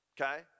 Okay